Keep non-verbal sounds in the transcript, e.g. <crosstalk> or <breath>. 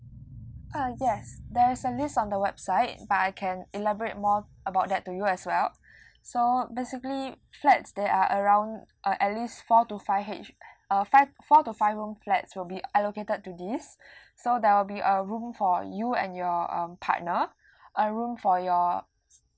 uh yes there is a list on the website but I can elaborate more about that to you as well so basically flats there are around uh at least four to five H uh five four to five room flats will be allocated to this <breath> so there will be a room for you and your uh partner a room for your